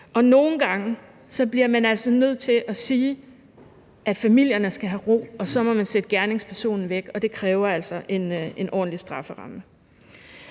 nogle gange bliver man altså nødt til at sige, at familierne skal have ro, og så må man have gerningspersonen væk, og det kræver altså en ordentlig strafferamme.